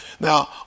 Now